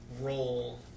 role